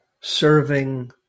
serving